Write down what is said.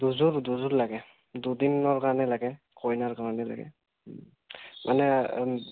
দুযোৰ দুযোৰ লাগে দুদিনৰ কাৰণে লাগে কইনাৰ কাৰণে লাগে মানে